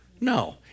no